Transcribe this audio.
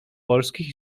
polskich